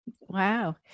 Wow